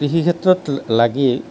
কৃষি ক্ষেত্ৰত লা লাগি